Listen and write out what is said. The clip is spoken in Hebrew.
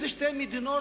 שתי מדינות,